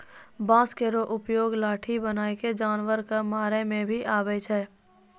बांस केरो उपयोग लाठी बनाय क जानवर कॅ मारै के भी काम आवै छै